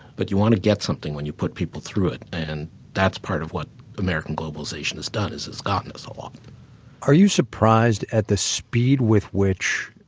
but you want to get something when you put people through it. and that's part of what american globalization has done, is it's gotten us a lot are you surprised at the speed with which,